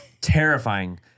terrifying